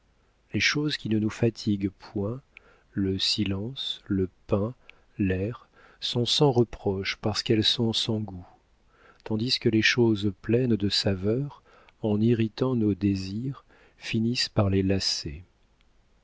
les choses qui ne nous fatiguent point le silence le pain l'air sont sans reproche parce qu'elles sont sans goût tandis que les choses pleines de saveur irritant nos désirs finissent par les lasser